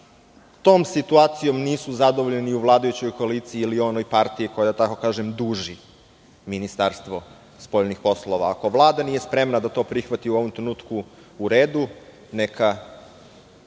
tom situacijom nisu zadovoljni ni u vladajućoj koaliciji ili onoj partiji, koja da tako kažem duži Ministarstvo spoljnih poslova. Ako Vlada nije spremna da to prihvati u ovom trenutku, u redu. Neka